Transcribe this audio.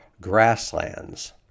grasslands